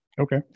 Okay